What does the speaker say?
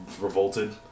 revolted